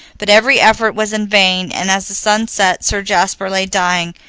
but every effort was in vain, and as the sun set sir jasper lay dying.